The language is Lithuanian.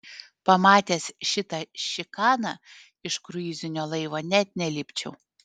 pamatęs šitą šikaną iš kruizinio laivo net nelipčiau